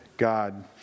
God